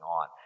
on